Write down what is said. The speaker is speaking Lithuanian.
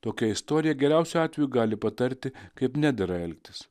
tokia istorija geriausiu atveju gali patarti kaip nedera elgtis